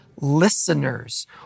listeners